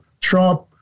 Trump